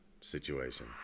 situation